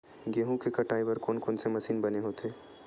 गेहूं के कटाई बर कोन कोन से मशीन बने होथे?